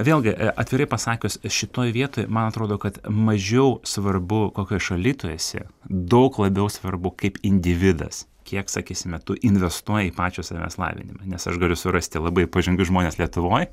vėlgi atvirai pasakius šitoj vietoj man atrodo kad mažiau svarbu kokioj šaly tu esi daug labiau svarbu kaip individas kiek sakysime tu investuoji į pačio savęs lavinimą nes aš galiu surasti labai pažangius žmones lietuvoj